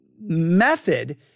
method